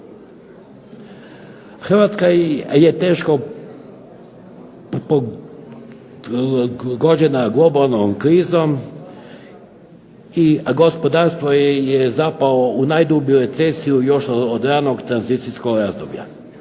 Hrvatska je teško pogođena globalnom krizom i gospodarstvo je zapalo u najdublju recesiju još od ranog tranzicijskog razdoblja.